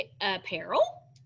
apparel